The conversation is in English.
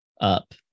up